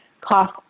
cost